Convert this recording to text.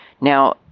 Now